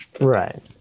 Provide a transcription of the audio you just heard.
Right